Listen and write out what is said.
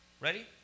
ready